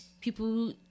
people